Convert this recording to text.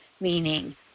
meaning